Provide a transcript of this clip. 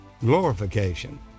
glorification